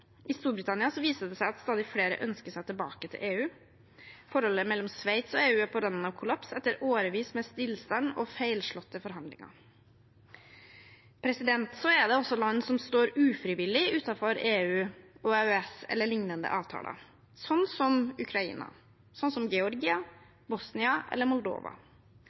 I Storbritannia viser det seg at stadig flere ønsker seg tilbake til EU. Forholdet mellom Sveits og EU er på randen av en kollaps etter årevis med stillstand og feilslåtte forhandlinger. Så er det også land som står ufrivillig utenfor EU og EØS eller liknende avtaler – som Ukraina, som Georgia, Bosnia og Moldova.